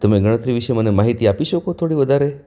તમે ગણતરી વિશે મને માહિતી આપી શકો થોડી વધારે